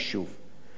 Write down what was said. לצד זאת,